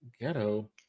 ghetto